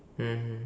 mmhmm